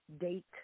date